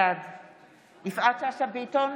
בעד יפעת שאשא ביטון,